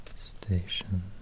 Station